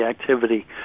activity